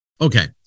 Okay